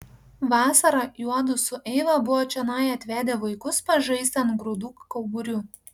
vasarą juodu su eiva buvo čionai atvedę vaikus pažaisti ant grūdų kauburių